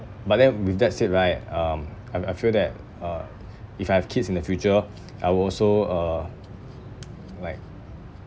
but then with that said right um I I feel that uh if I have kids in the future I will also uh like